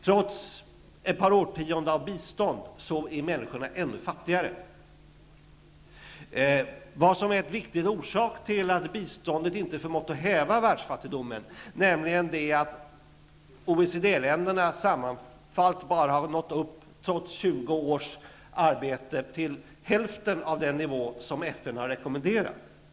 Trots ett par årtionden av bistånd är människorna ännu fattigare. Vad som är en viktig orsak till att biståndet inte förmått häva världsfattigdomen nämns inte, nämligen att OECD-länderna sammantaget trots 20 års arbete bara har nått upp till halva den nivå som FN har rekommenderat.